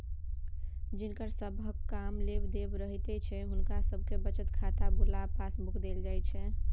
जिनकर सबहक कम लेब देब रहैत छै हुनका सबके बचत खाता बला पासबुक देल जाइत छै